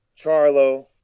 Charlo